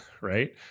right